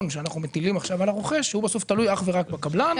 שאנחנו מטילים עכשיו על הרוכש שיהיה בסוף תלוי אך ורק בקבלן.